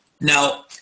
Now